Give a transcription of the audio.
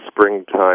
springtime